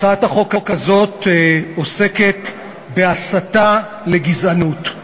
הצעת החוק הזאת עוסקת בהסתה לגזענות.